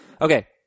Okay